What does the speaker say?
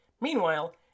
Meanwhile